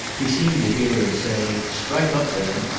he seemed to hear him say strike up then!